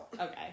Okay